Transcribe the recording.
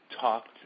talked